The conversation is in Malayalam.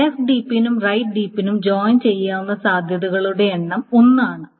ലെഫ്റ്റ് ഡീപ്പിനും റൈറ്റ് ഡീപ്പിനും ജോയിൻ ചെയ്യാവുന്ന സാധ്യതകളുടെ എണ്ണം 1 ആണ്